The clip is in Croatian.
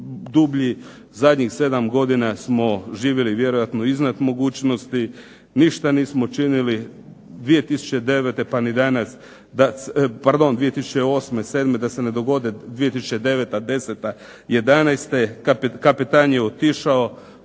dublji. Zadnjih 7 godina smo živjeli vjerojatno iznad mogućnosti, ništa nismo činili. 2009. pa ni danas, pardon 2008., 2007. da se ne dogode 2009., 2010., 2011., kapetan je otišao,